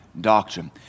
doctrine